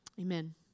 amen